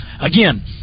again